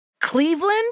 Cleveland